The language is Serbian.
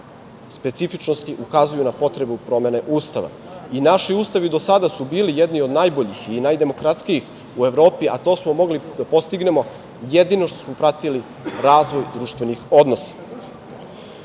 specifičnosti ukazuju na potrebu promene Ustava. I naši ustavi do sada su bili jedni od najboljih i najdemokratskijih u Evropi, a to smo mogli da postignemo jedino što smo pratili razvoj društvenih odnosa. Ustavne